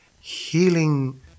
healing